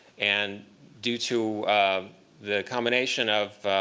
and due to the combination of